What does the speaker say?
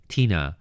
Tina